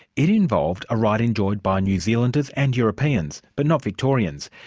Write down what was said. it involved a right enjoyed by new zealanders and european, but not victorians.